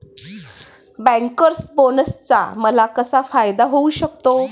Bankers बोनसचा मला कसा फायदा होऊ शकतो?